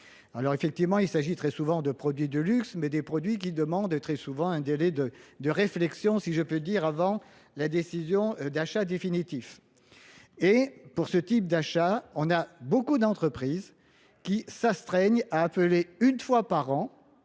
Alors effectivement, il s'agit très souvent de produits de luxe, mais des produits qui demandent très souvent un délai de réflexion, si je peux dire avant, la décision d'achat définitif. Et pour ce type d'achat, on a beaucoup d'entreprises qui s'astreignent à appeler une fois par an